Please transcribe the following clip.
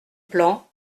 plan